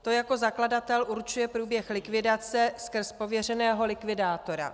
To jako zakladatel určuje průběh likvidace skrz pověřeného likvidátora.